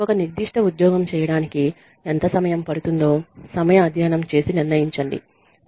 ఒక నిర్దిష్ట ఉద్యోగం చేయడానికి ఎంత సమయం పడుతుందో సమయ అధ్యయనం చేసి నిర్ణయించండి